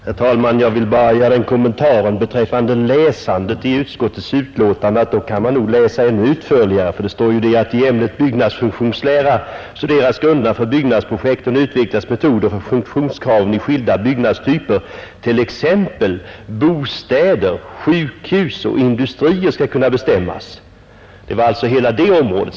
Herr talman! Beträffande läsandet i utskottets betänkande vill jag bara göra kommentaren att man i så fall bör läsa ännu längre fram där det heter: ”I ämnet byggnadsfunktionslära studeras grunderna för byggnadsprojekten och utvecklas metoder för att funktionskraven i skilda byggnadstyper, t.ex. bostäder, sjukhus och industrier, skall kunna bestämmas.” Det gäller alltså hela det området.